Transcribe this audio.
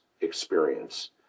experience